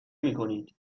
میکنید